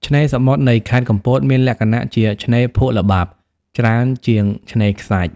ឆ្នេរសមុទ្រនៃខេត្តកំពតមានលក្ខណៈជាឆ្នេរភក់ល្បាប់ច្រើនជាងឆ្នេរខ្សាច់។